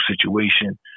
situation